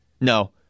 no